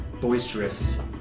boisterous